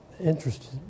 Interested